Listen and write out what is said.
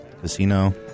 casino